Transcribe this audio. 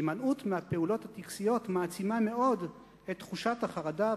הימנעות מהפעולות הטקסיות מעצימה מאוד את תחושת החרדה,